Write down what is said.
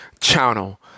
channel